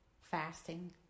fasting